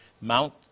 Mount